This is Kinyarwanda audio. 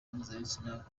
mpuzabitsina